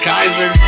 Kaiser